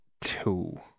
two